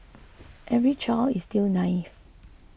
every child is still naive